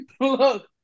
Look